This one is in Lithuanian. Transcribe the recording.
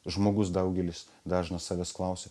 žmogus daugelis dažnas savęs klausia